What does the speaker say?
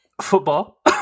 Football